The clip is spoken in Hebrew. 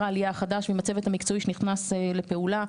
העלייה החדש ועם הצוות המקצועי שנכנס לפעולה.